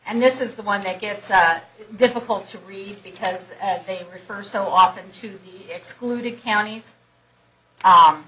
and this is the one that gets out difficult to read because they refer so often to the excluded counties